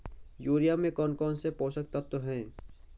Urea में कौन कौन से पोषक तत्व है?